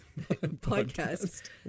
podcast